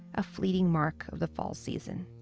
a fleeting mark of the fall season.